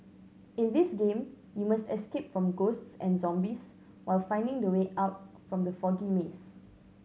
in this game you must escape from ghosts and zombies while finding the way out from the foggy maze